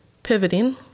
Pivoting